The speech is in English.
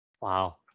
Wow